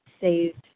saved